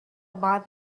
about